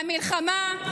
והמלחמה,